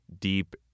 deep